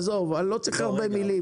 עזוב אני לא צריך הרבה מילים,